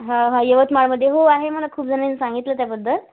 हा हा यवतमाळमध्ये हो आहे मला खूप जणांनी सांगितलं त्याबद्दल